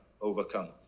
overcome